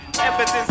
Evidence